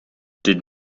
did